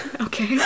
Okay